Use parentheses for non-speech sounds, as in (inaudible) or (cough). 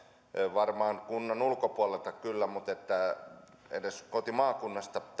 varmaan kunnan ulkopuolelta kyllä mutta jos edes kotimaakunnasta (unintelligible)